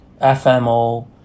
FMO